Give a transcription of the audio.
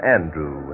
Andrew